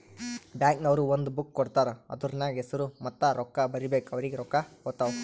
bank ನವ್ರು ಒಂದ್ book ಕೊಡ್ತಾರ್ ಅದೂರ್ನಗ್ ಹೆಸುರ ಮತ್ತ ರೊಕ್ಕಾ ಬರೀಬೇಕು ಅವ್ರಿಗೆ ರೊಕ್ಕಾ ಹೊತ್ತಾವ್